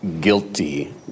guilty